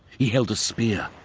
he held a spear.